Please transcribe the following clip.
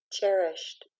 Cherished